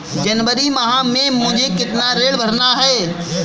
जनवरी माह में मुझे कितना ऋण भरना है?